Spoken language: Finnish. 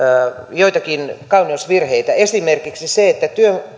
joitakin kauneusvirheitä esimerkiksi se että